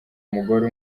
umugore